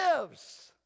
lives